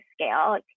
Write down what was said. scale